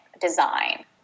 design